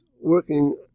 working